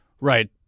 Right